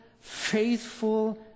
faithful